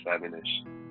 seven-ish